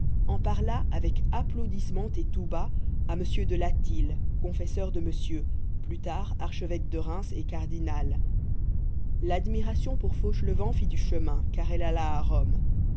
en parla avec applaudissement et tout bas à mr de latil confesseur de monsieur plus tard archevêque de reims et cardinal l'admiration pour fauchelevent fit du chemin car elle alla à rome